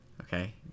Okay